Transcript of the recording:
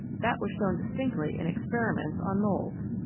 that was shown distinctly in experiments on moulds.